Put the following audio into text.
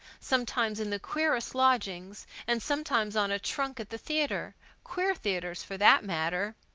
sometimes in the queerest lodgings, and sometimes on a trunk at the theatre queer theatres, for that matter.